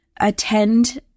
attend